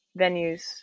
venues